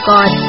God